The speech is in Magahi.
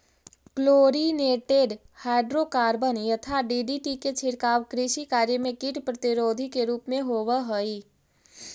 क्लोरिनेटेड हाइड्रोकार्बन यथा डीडीटी के छिड़काव कृषि कार्य में कीट प्रतिरोधी के रूप में होवऽ हई